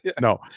No